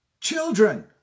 Children